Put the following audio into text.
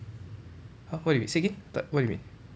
!huh! what you mean say again what you mean